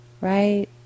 right